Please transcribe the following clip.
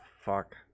fuck